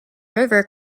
river